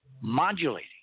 modulating